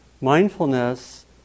mindfulness